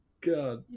God